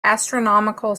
astronomical